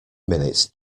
minute